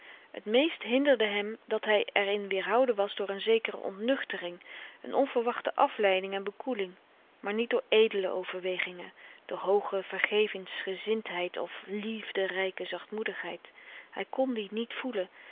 t meest hinderde hem dat hij er in weerhouden was door een zekere ontnuchtering een onverwachte afleiding en bekoeling maar niet door edele overwegingen door hooge vergevensgezindheid of liefderijke zachtmoedigheid hij kon die niet voelen